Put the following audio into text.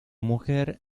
mujer